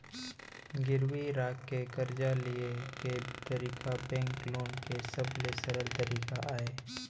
गिरवी राख के करजा लिये के तरीका बेंक लोन के सबले सरल तरीका अय